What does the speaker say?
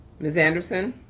ms. anderson